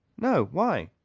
no, why?